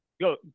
Go